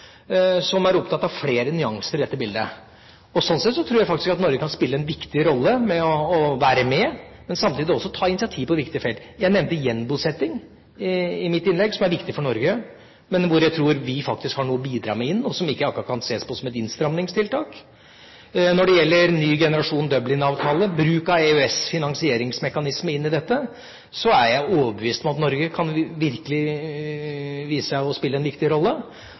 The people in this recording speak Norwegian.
som er opptatt av flere nyanser i dette bildet. Slik sett tror jeg faktisk at Norge kan spille en viktig rolle ved å være med, men samtidig også ta initiativ på viktige felt. Jeg nevnte gjenbosetting i mitt innlegg, som er viktig for Norge, og hvor jeg tror vi faktisk har noe å bidra med inn, men som ikke akkurat kan ses på som et innstramningstiltak. Når det gjelder en ny generasjon Dublin-avtale, bruk av EØS' finansieringsmekanisme inn i dette, er jeg overbevist om at Norge virkelig kan vise seg å spille en viktig rolle.